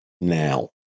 now